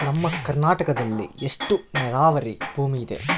ನಮ್ಮ ಕರ್ನಾಟಕದಲ್ಲಿ ಎಷ್ಟು ನೇರಾವರಿ ಭೂಮಿ ಇದೆ?